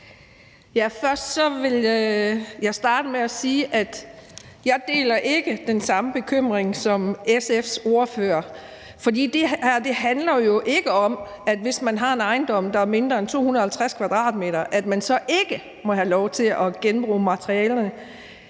Jeg vil starte med at sige, at jeg ikke deler den samme bekymring, som SF's ordfører har. For det her handler jo ikke om, at hvis man har en ejendom, der er mindre end 250 m², så må man ikke have lov til at genbruge materialerne,